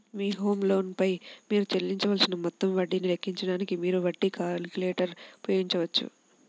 మీ home loan పై మీరు చెల్లించవలసిన మొత్తం వడ్డీని లెక్కించడానికి, మీరు వడ్డీ క్యాలిక్యులేటర్ ఉపయోగించవచ్చు